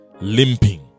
Limping